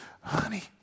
honey